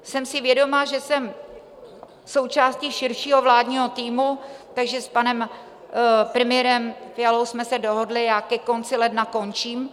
Jsem si vědoma, že jsem součástí širšího vládního týmu, takže s panem premiérem Fialou jsme se dohodli, já ke konci ledna končím.